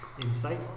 insight